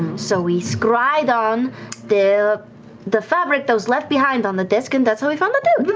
so we scryed on the the fabric, those left behind on the desk, and that's how we found it out.